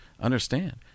understand